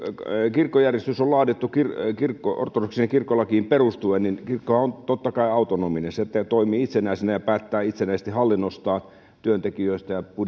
kirkkojärjestys on laadittu ortodoksiseen kirkkolakiin perustuen niin kirkkohan on totta kai autonominen se toimii itsenäisenä ja päättää itsenäisesti hallinnostaan työntekijöistään ja